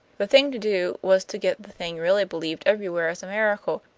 the thing to do was to get the thing really believed everywhere as a miracle,